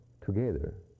together